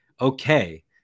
okay